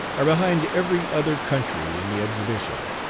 are behind every other country in the exhibition.